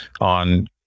on